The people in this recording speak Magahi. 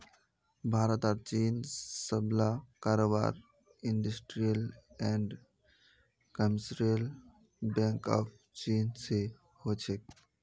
भारत आर चीनेर सबला कारोबार Industrial and Commercial Bank of Cheen स हो छेक